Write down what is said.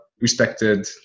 respected